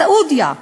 סעודיה,